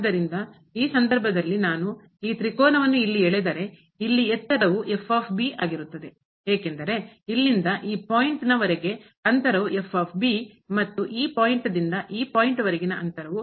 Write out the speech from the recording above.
ಆದ್ದರಿಂದ ಈ ಸಂದರ್ಭದಲ್ಲಿ ನಾನು ಈ ತ್ರಿಕೋನವನ್ನು ಇಲ್ಲಿ ಎಳೆದರೆ ಇಲ್ಲಿ ಎತ್ತರವು ಏಕೆಂದರೆ ಇಲ್ಲಿಂದ ಈ ಪಾಯಿಂಟ್ ವರೆಗಿನ ಅಂತರವು ಮತ್ತು ಈ ಪಾಯಿಂಟ್ ಹಂತ ದಿಂದ ಈ ಪಾಯಿಂಟ್ ಹಂತದವರೆಗಿನ ಅಂತರವು